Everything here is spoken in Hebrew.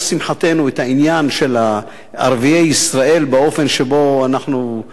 את העניין של ערביי ישראל באופן שבו זה עולה,